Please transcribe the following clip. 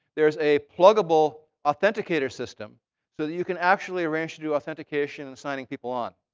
there's a pluggable authenticator system so that you can actually arrange to do authentication and signing people on